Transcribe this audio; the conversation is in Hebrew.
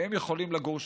והם יכולים לגור שם.